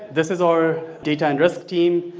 this is our day time risk team,